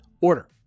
order